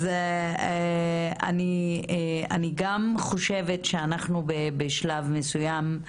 אז אני גם חושבת שאנחנו בשלב מסוים,